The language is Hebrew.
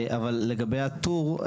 אבל לגבי הטור,